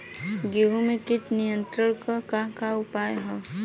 गेहूँ में कीट नियंत्रण क का का उपाय ह?